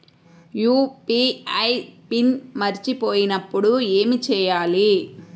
UPI pin మరచిపోయినప్పుడు ఏమి చేయాలి?